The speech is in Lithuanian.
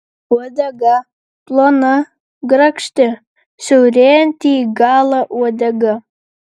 uodega plona grakšti siaurėjanti į galą uodega